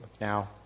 now